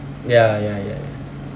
ya ya ya ya